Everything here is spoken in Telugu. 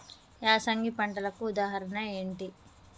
యాసంగి పంటలకు ఉదాహరణ ఏంటి?